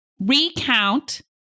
Recount